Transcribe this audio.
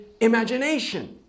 imagination